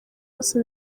bose